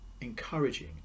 encouraging